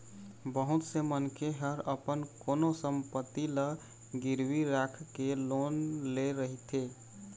बहुत से मनखे ह अपन कोनो संपत्ति ल गिरवी राखके लोन ले रहिथे